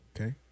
okay